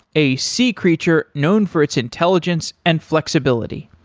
a sea creature known for its intelligence and flexibility.